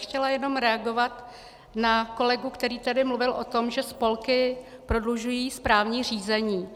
Chtěla bych jenom reagovat na kolegu, který tady mluvil o tom, že spolky prodlužují správní řízení.